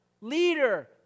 leader